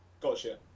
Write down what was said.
Gotcha